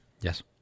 Yes